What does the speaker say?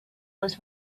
was